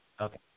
Okay